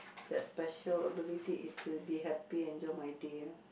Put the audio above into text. the special ability is to be happy and enjoy my day ah